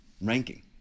ranking